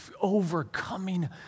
overcoming